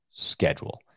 schedule